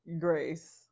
grace